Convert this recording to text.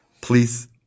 Please